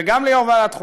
וגם ליו"ר ועדת החוקה,